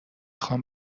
خوام